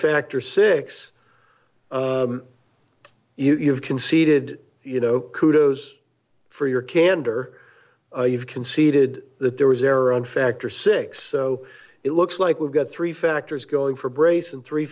factor six you have conceded you know kudos for your candor you've conceded that there was error on factor six so it looks like we've got three factors going for brace and three